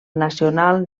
nacional